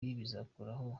bizakuraho